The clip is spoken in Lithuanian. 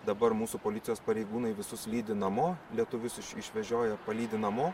dabar mūsų policijos pareigūnai visus lydi namo lietuvius išvežioja palydi namo